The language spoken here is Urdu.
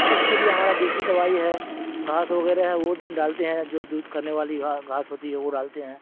تو اس کے لیے ہمارا دیسی دوائی ہے گھاس وغیرہ ہے وہ ڈالتے ہیں جو دودھ کرنے والیا گھاس ہوتی ہے وہ ڈالتے ہیں